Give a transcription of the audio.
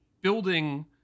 building